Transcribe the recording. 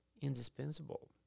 indispensable